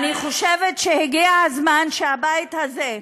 אני חושבת שהגיע הזמן שהבית הזה,